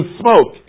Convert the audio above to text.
smoke